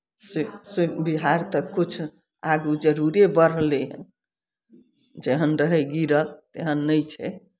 से से बिहार तऽ किछु आगू जरूरे बढ़लै हन जेहन रहय गिरल तेहन नहि छै